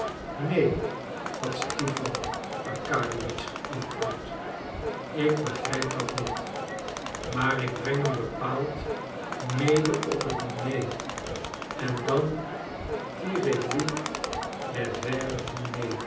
neen had stipan arkadiewitsch geantwoord ik begrijp dat niet maar ik breng hem bepaald mede op het diner en dan tirez